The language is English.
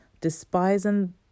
despising